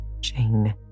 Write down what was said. Jane